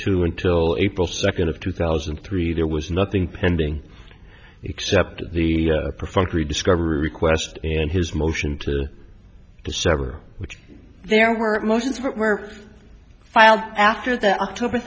two until april second of two thousand and three there was nothing pending except the perfunctory discovery request and his motion to sever which there were motions were filed after the october